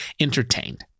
entertained